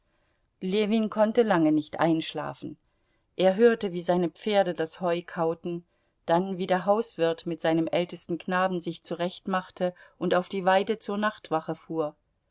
ljewin konnte lange nicht einschlafen er hörte wie seine pferde das heu kauten dann wie der hauswirt mit seinem ältesten knaben sich zurechtmachte und auf die weide zur nachtwache fuhr